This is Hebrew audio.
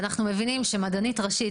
ואנחנו מבינים שמדענית ראשית,